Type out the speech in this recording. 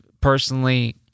personally